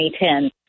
2010